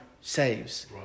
saves